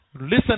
Listen